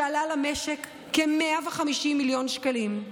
שעלה למשק כ-150 מיליון שקלים.